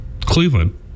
Cleveland